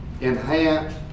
enhance